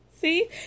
See